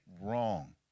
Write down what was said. wrong